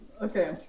okay